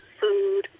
food